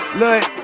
look